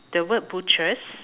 the word butchers